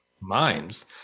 minds